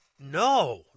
No